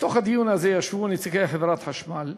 בתוך הדיון הזה ישבו נציגי חברת החשמל,